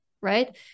right